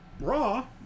Raw